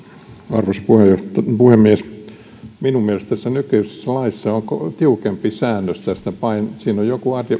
arvoisa puhemies minun mielestäni tässä nykyisessä laissa on tiukempi säännös tästä siinä edessä on joku